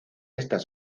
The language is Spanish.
estas